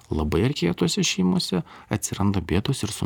labai erkėtose šeimose atsiranda bėdos ir su